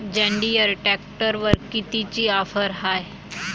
John Deere ट्रॅक्टरवर कितीची offer हाये?